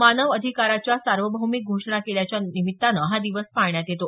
मानव अधिकाराच्या सार्वभौमिक घोषणा केल्याच्या निमित्तानं हा दिवस पाळण्यात येतो